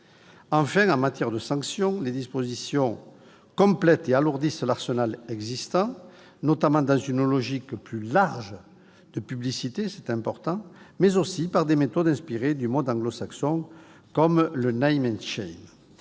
Enfin, en matière de sanction, les dispositions complètent et alourdissent l'arsenal existant, notamment dans une logique plus large de publicité- c'est important -, mais aussi par des méthodes inspirées du monde anglo-saxon, comme le. Je reviendrai